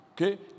okay